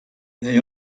they